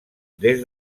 des